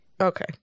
Okay